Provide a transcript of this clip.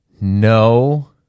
no